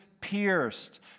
pierced